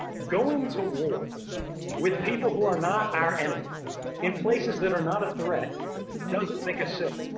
going to war with people who are not our enemy in places that are not a threat doesn't make us safe,